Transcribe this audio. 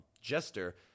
Jester